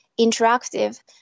interactive